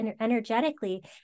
energetically